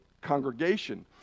congregation